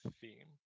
theme